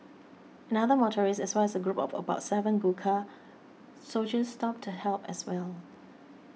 another motorist as well as a group of about seven Gurkha soldiers stopped to help as well